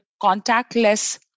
contactless